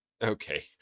Okay